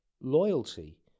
loyalty